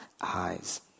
eyes